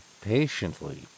patiently